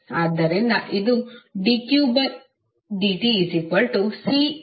ಆದ್ದರಿಂದ ಇದು dqdtCdvdt ಆಗುತ್ತದೆ